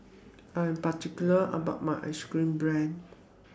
I Am particular about My Ice Cream Bread